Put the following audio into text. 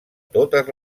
totes